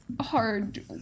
hard